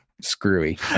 screwy